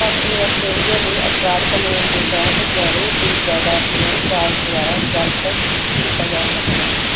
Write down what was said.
ਪੱਛਮੀ ਅਸਟ੍ਰੇਲੀਆ ਦੇ ਅਪਰਾਧ ਕਨੂੰਨ ਦੇ ਤਹਿਤ ਜੋੜੇ ਦੀ ਜਾਇਦਾਦ ਨੂੰ ਰਾਜ ਦੁਆਰਾ ਜਬਤ ਕੀਤਾ ਜਾ ਸਕਦਾ ਹੈ